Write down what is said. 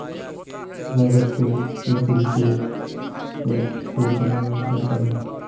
कागज को लकड़ी के पल्प से बनाया जाता है